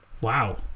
Wow